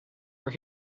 were